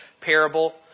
parable